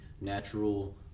natural